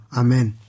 amen